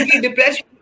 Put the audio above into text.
depressed